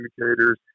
indicators